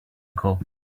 ago